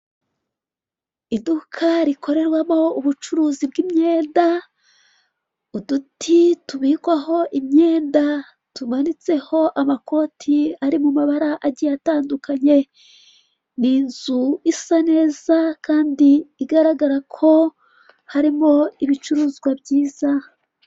Iduka rikorerwamo ubucuruzi bw'imyenda, uduti tubikwaho imyenda tumanitseho amakoti ari mu mabara agiye atandukanye, ni inzu isa neza kandi igaragara ko harimo ibicuruzwa byiza.